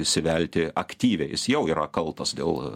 įsivelti aktyviai jis jau yra kaltas dėl